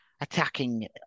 attacking